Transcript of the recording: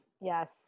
yes